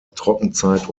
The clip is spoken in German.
trockenzeit